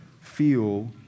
feel